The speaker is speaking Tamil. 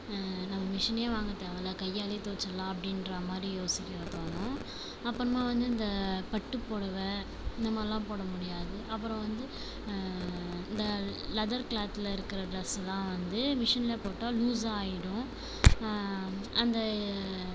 நம்ம மிஷினே வாங்கத் தேவையில்ல கையாலே தொவச்சிடலாம் அப்படின்றா மாதிரி யோசிக்க எனக்கு தோணும் அப்புறமா வந்து இந்த பட்டுப்புடவை இந்த மாதிரிலாம் போட முடியாது அப்புறம் வந்து இந்த லெதர் க்ளாத்தில் இருக்க்ற ட்ரெஸ்ஸெல்லாம் வந்து மிஷினில் போட்டால் லூஸாக ஆயிடும் அந்த